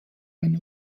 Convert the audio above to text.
eine